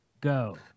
Go